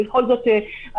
בכל זאת הניסיון,